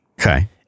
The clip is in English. Okay